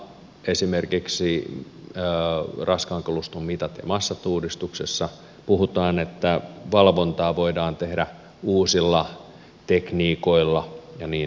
esimerkiksi raskaan kaluston mitat ja massat uudistuksessa puhutaan että valvontaa voidaan tehdä uusilla tekniikoilla ja niin edespäin